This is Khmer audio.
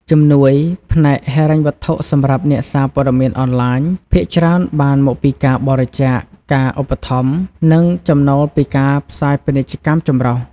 ជំនួយផ្នែកហិរញ្ញវត្ថុសម្រាប់អ្នកសារព័ត៌មានអនឡាញ ភាគច្រើនបានមកពីការបរិច្ចាគ ការឧបត្ថម្ភ និងចំណូលពីការផ្សាយពាណិជ្ជកម្មចម្រុះ។